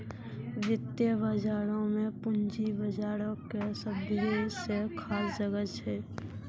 वित्तीय बजारो मे पूंजी बजारो के सभ्भे से खास जगह छै